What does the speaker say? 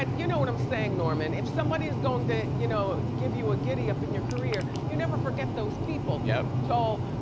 ah you know what i'm sayin', norman. if somebody's going to you know give you a giddy up in your career, you never forget those people. yeah joel,